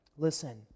Listen